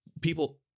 People